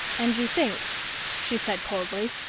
and you think she said coldly,